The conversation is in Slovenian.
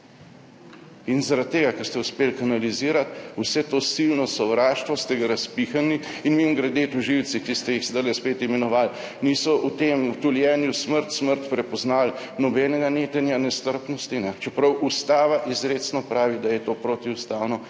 Zaradi tega, ker ste uspeli kanalizirati vse to silno sovraštvo, ste ga razpihnili. In mimogrede, tožilci, ki ste jih zdajle spet imenovali, niso v tem tuljenju »Smrt, smrt!« prepoznali nobenega netenja nestrpnosti, čeprav Ustava izrecno pravi, da je to protiustavno